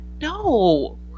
no